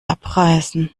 abreißen